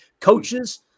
coaches